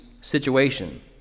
situation